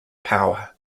power